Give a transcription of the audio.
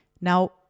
Now